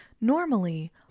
Normally